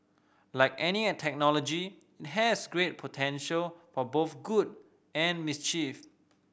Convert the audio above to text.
like any technology has great potential for both good and mischief